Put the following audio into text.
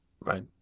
Right